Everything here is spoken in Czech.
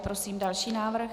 Prosím další návrh.